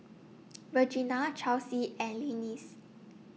Regena Chelsie and Lillis